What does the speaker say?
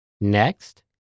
Next